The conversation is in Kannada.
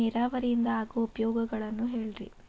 ನೇರಾವರಿಯಿಂದ ಆಗೋ ಉಪಯೋಗಗಳನ್ನು ಹೇಳ್ರಿ